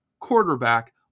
quarterback